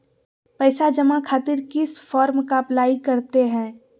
पैसा जमा खातिर किस फॉर्म का अप्लाई करते हैं?